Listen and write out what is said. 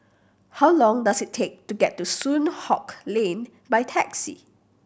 how long does it take to get to Soon Hock Lane by taxi